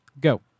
Go